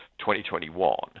2021